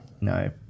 No